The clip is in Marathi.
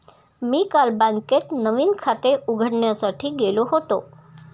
मी काल बँकेत नवीन खाते उघडण्यासाठी गेलो होतो